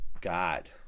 god